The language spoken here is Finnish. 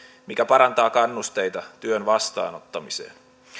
mikä parantaa kannusteita työn vastaanottamiseen